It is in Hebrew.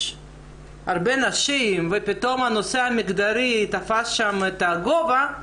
הרבה נשים ופתאום הנושא המגדרי תפס שם גובה,